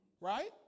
Right